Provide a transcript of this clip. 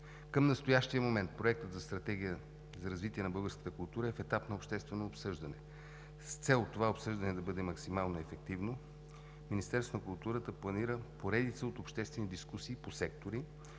Към настоящия момент Проектът за Стратегия за развитие на българската култура е в етап на обществено обсъждане. С цел това обсъждане да бъде максимално ефективно Министерството на културата планира поредица от обществени дискусии по сектори,